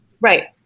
Right